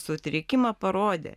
sutrikimą parodė